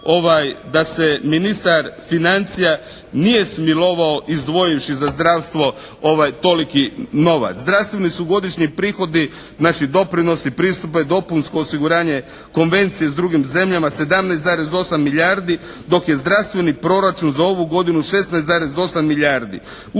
da se ministar financija nije smilovao izdvojivši za zdravstvo toliki novac. Zdravstveni su godišnji prihodi – znači doprinosi, pristojbe, dopunsko osiguranje, konvencije s drugim zemljama 17,8 milijardi dok je zdravstveni proračun za ovu godinu 16,8 milijardi.